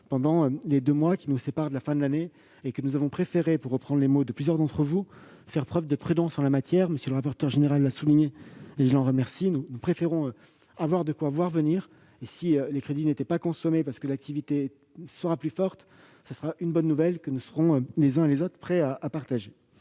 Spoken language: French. qui nous séparent de la fin de l'année. Nous avons préféré, pour reprendre les mots utilisés par plusieurs d'entre vous, faire preuve de prudence en la matière. M. le rapporteur général l'a souligné et je l'en remercie, nous préférons avoir de quoi voir venir : si les crédits n'étaient pas consommés, parce que l'activité est plus forte que prévu, ce serait une bonne nouvelle que nous serons les uns et les autres prêts à partager.